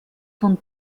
von